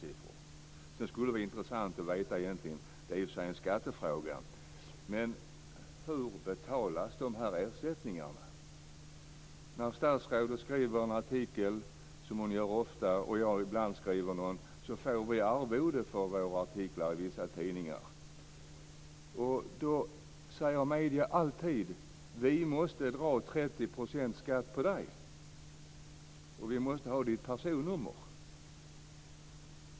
Sedan skulle det vara intressant att veta, trots att det i och för sig är en skattefråga, hur de här ersättningarna betalas. När statsrådet skriver en artikel, som hon gör ofta, och jag ibland skriver någon, får vi arvode för våra artiklar i vissa tidningar. Då säger medierna alltid: Vi måste dra 30 % skatt, därför måste vi ha ditt personnummer.